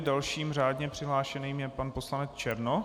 Dalším řádně přihlášeným je pan poslanec Černoch.